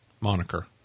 moniker